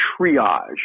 triage